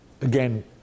Again